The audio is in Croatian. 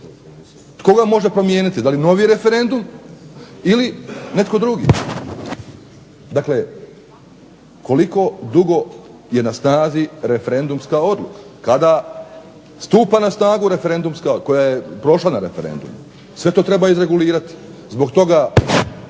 ga može promijeniti? Da li novi referendum ili netko drugi. Dakle, koliko dugo je snazi referendumska odluka, kada stupa na snagu referendumska koja je prošla na referendumu. Sve to treba izregulirati. Zbog toga